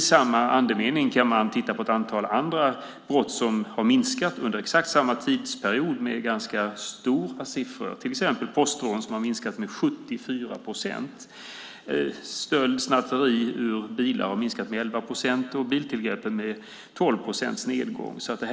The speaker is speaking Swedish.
Samtidigt kan man titta på ett antal andra brott som under exakt samma tidsperiod minskat i ganska stor omfattning. Det gäller till exempel postrånen, som minskat med 74 procent, stöld och snatteri ur bilar, som minskat med 11 procent, och vad gäller biltillgreppen är nedgången 12 procent.